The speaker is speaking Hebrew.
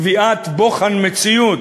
קביעת בוחן מציאות,